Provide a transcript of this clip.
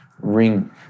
ring